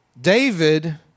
David